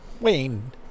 wayne